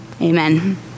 Amen